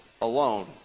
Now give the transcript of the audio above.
alone